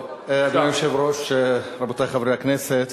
אדוני היושב-ראש, רבותי חברי הכנסת,